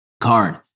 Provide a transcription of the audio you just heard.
card